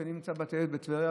אני נמצא בטיילת בטבריה,